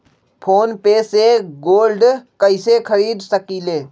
Phone पे से गोल्ड कईसे खरीद सकीले?